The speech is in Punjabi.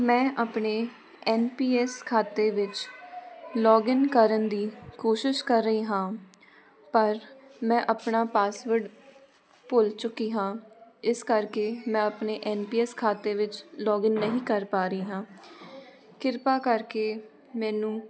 ਮੈਂ ਆਪਣੇ ਐਨ ਪੀ ਐਸ ਖਾਤੇ ਵਿੱਚ ਲੋਗਇਨ ਕਰਨ ਦੀ ਕੋਸ਼ਿਸ਼ ਕਰ ਰਹੀ ਹਾਂ ਪਰ ਮੈਂ ਆਪਣਾ ਪਾਸਵਰਡ ਭੁੱਲ ਚੁੱਕੀ ਹਾਂ ਇਸ ਕਰਕੇ ਮੈਂ ਆਪਣੇ ਐਨ ਪੀ ਐਸ ਖਾਤੇ ਵਿੱਚ ਲੋਗਇਨ ਨਹੀਂ ਕਰ ਪਾ ਰਹੀ ਹਾਂ ਕਿਰਪਾ ਕਰਕੇ ਮੈਨੂੰ